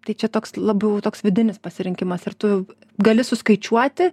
tai čia toks labiau toks vidinis pasirinkimas ar tu gali suskaičiuoti